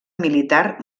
militar